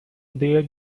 there